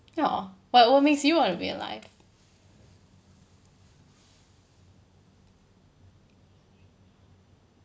ya what what makes you want to be alive